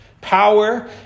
power